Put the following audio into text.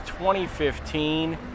2015